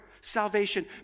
salvation